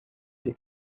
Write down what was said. the